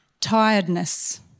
tiredness